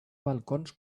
balcons